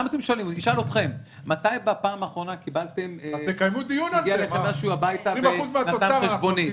נשאל אתכם: מתי בפעם האחרונה קיבלתם משהו הביתה וקיבלתם חשבונית?